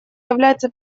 является